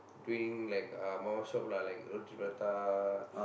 doing like uh mama shop lah like roti-prata